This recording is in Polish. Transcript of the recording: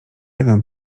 jeden